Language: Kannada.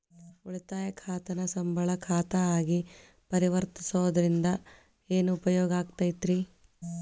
ಉಳಿತಾಯ ಖಾತಾನ ಸಂಬಳ ಖಾತಾ ಆಗಿ ಪರಿವರ್ತಿಸೊದ್ರಿಂದಾ ಏನ ಉಪಯೋಗಾಕ್ಕೇತಿ?